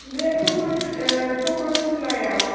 बे सख्रसिलाआव